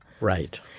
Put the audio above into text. Right